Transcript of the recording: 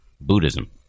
Buddhism